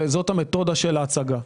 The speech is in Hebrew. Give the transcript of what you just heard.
וזאת המתודה של ההצגה.